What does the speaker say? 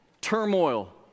turmoil